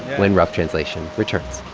when rough translation returns